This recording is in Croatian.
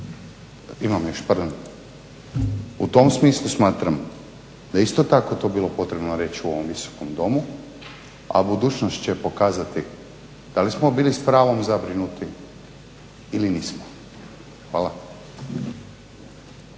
imam još pardon, u tom smislu smatram da je isto tako to bilo potrebno reći u ovom Visokom domu, a budućnost će pokazati da li smo bili s pravom zabrinuti ili nismo. Hvala.